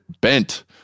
Bent